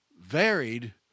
varied